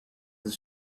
has